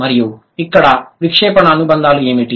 మరియు ఇక్కడ విక్షేపణ అనుబంధాలు ఏమిటి